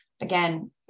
again